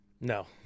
no